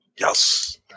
Yes